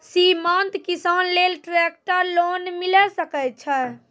सीमांत किसान लेल ट्रेक्टर लोन मिलै सकय छै?